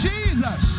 Jesus